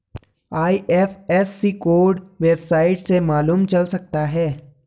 IFSC code website से मालूम चल सकता है